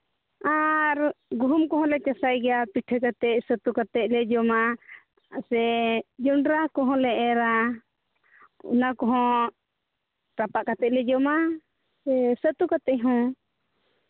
ᱟᱨ ᱜᱩᱦᱩᱢ ᱠᱚᱦᱚᱸ ᱞᱮ ᱪᱟᱥᱟᱭ ᱜᱮᱭᱟ ᱯᱤᱴᱷᱟᱹ ᱠᱟᱛᱮᱫ ᱪᱷᱟᱹᱛᱩ ᱠᱟᱛᱮᱫ ᱞᱮ ᱡᱚᱢᱟ ᱥᱮ ᱡᱚᱸᱰᱽᱨᱟ ᱠᱚᱦᱚᱸ ᱞᱮ ᱮᱨᱟ ᱚᱱᱟ ᱠᱚᱦᱚᱸ ᱨᱟᱯᱟᱜ ᱠᱟᱛᱮᱫ ᱞᱮ ᱡᱚᱢᱟ ᱥᱮ ᱪᱷᱟᱹᱛᱩ ᱠᱟᱛᱮᱫ ᱦᱚᱸ